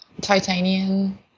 Titanian